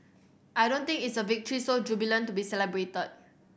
I don't think it's a victory so jubilant to be celebrated